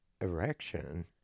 erection